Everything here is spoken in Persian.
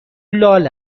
لال